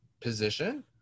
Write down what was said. position